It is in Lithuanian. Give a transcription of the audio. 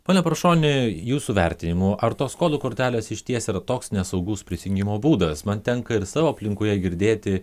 pone paršoni jūsų vertinimu ar tos kodų kortelės išties yra toks nesaugus prisijungimo būdas man tenka ir savo aplinkoje girdėti